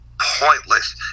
pointless